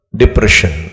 depression